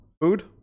Food